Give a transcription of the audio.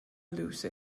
lose